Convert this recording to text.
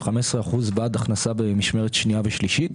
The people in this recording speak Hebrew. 15 אחוזים בעד הכנסה במשמרת שנייה ושלישית.